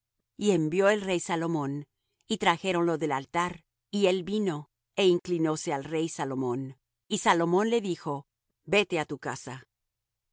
y envió el rey salomón y trajéronlo del altar y él vino é inclinóse al rey salomón y salomón le dijo vete á tu casa